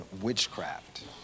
witchcraft